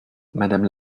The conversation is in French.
madame